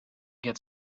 get